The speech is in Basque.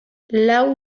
lau